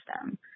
system